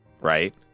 right